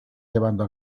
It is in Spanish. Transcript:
llevando